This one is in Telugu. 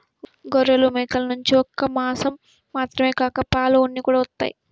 గొర్రెలు, మేకల నుంచి ఒక్క మాసం మాత్రమే కాక పాలు, ఉన్ని కూడా వత్తయ్